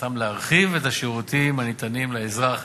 שמטרתן להרחיב את השירותים הניתנים לאזרח